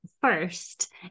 first